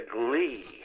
glee